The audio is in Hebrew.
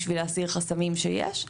בשביל להסיר חסמים שיש.